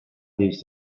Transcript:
these